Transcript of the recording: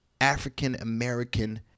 African-American